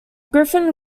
griffin